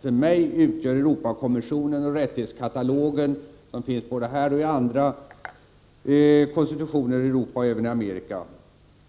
För mig är Europakonventionen och rättighetskatalogen, som finns både här och i andra konstitutioner i Europa och Amerika,